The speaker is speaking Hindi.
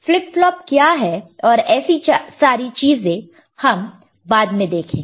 फ्लिप फ्लॉप क्या है और ऐसी सारी चीजें हम बाद में देखेंगे